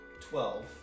Twelve